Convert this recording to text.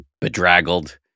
bedraggled